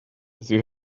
sie